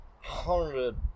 hundred